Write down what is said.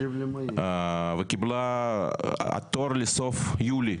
וקיבלה תור לסוף יולי.